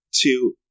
two